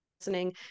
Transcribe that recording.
listening